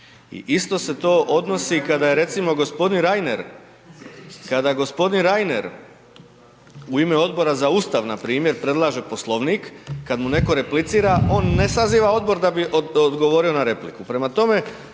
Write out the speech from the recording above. i isto se to odnosi kad aje recimo g. Reiner, kada g. Reiner u ime Odbora za Ustav npr. predlaže Poslovnik, kada mu netko replicira, on ne saziva odbor da bi odgovorio na repliku.